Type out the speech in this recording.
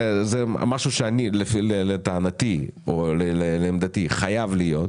זה משהו שלעמדתי חייב להיות.